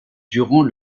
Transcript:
durant